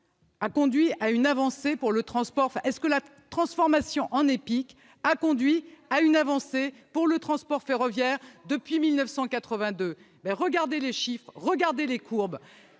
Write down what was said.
conduit à une avancée pour le transport ferroviaire depuis 1982 ? Regardez les chiffres ! Regardez les courbes !